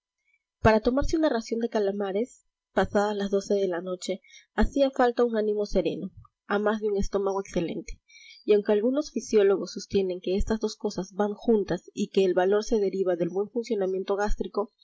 para tomarse una ración de calamares pasadas las doce de la noche hacía falta un ánimo sereno a más de un estómago excelente y aunque algunos fisiólogos sostienen que estas dos cosas van juntas y que el valor se deriva del buen funcionamiento gástrico